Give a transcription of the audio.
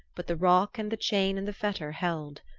but the rock and the chain and the fetter held.